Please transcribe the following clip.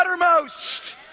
uttermost